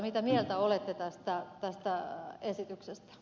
mitä mieltä olette tästä esityksestä